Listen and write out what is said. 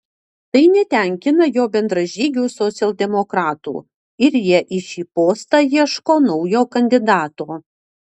tai netenkina jo bendražygių socialdemokratų ir jie į šį postą ieško naujo kandidato